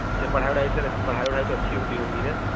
अच्छा पढ़ाई वढ़ाई सर पढ़ाई वढ़ाई तो अच्छी होती होगी न